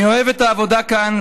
אני אוהב את העבודה כאן,